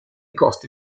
coste